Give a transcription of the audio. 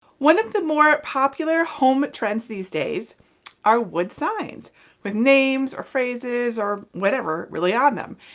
one of the more popular home trends these days are wood signs with names, or phrases, or whatever really on them.